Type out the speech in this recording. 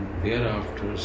thereafter